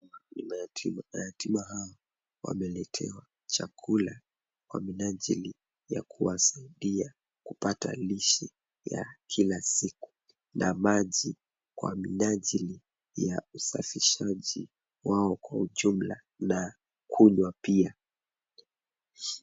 Mayatima hao wameletewa chakula Kwa minajili ya kuwasaiidia kupata lishe ya kila siku na maji kwa minajili ya usafishaji wao kwa ujumla na kunywa pia.